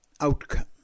outcome